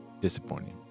Disappointing